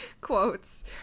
quotes